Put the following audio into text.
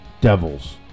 Devils